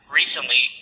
recently